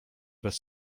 bez